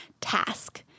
task